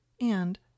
and